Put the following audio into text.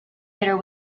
hitter